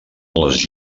les